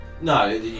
No